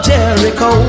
Jericho